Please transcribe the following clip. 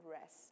rest